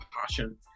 passion